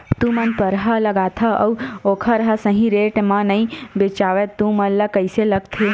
तू मन परहा लगाथव अउ ओखर हा सही रेट मा नई बेचवाए तू मन ला कइसे लगथे?